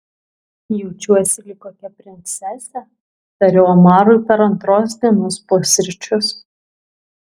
jaučiuosi lyg kokia princesė tariau omarui per antros dienos pusryčius